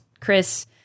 chris